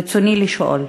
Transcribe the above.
ברצוני לשאול: